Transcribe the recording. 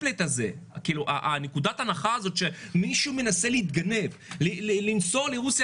נקודת ההנחה הזו שמישהו מנסה להתגנב, לנסוע לרוסיה